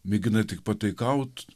mėgina tik pataikaut